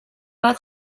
bat